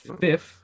fifth